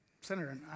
senator